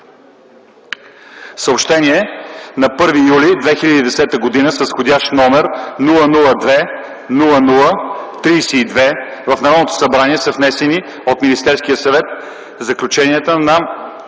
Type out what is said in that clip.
четене. На 1 юли 2010 г. с входящ № 002-00-32 в Народното събрание са внесени от Министерския съвет заключенията на